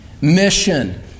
mission